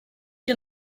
più